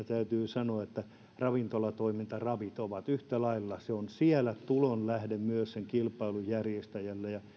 täytyy sanoa että ravintolatoiminta ja ravit ovat yhtä lailla se on myös siellä tulonlähde sen kilpailun järjestäjälle ja